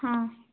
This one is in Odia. ହଁ